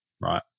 Right